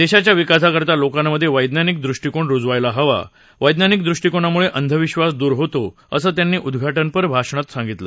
देशाच्या विकासाकरता लोकांमध्ये वक्तानिक दृष्टिकोन रुजवायला हवा वक्तनिक दृष्टिकोनामुळे अंधविश्वास दूर होतो असं त्यांनी उद्घाटनपर भाषणात सांगितलं